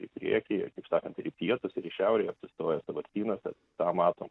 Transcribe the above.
į priekį kaip sakant ir į pietus ir į šiaurę jie apsistoja sąvartynuose tą matom